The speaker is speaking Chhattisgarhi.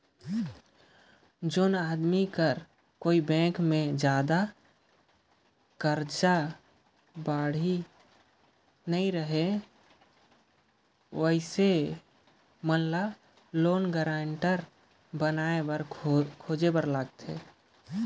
जेन मइनसे कर कोनो बेंक में बगरा करजा बाड़ही नी रहें अइसन लोन गारंटर बनाए बर खोजेन ल परथे